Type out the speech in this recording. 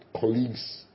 colleagues